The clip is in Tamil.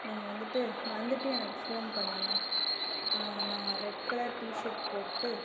நீங்கள் வந்துட்டு வந்துட்டு எனக்கு ஃபோன் பண்ணுங்கள் நான் ரெட் கலர் டிஷர்ட் போட்டு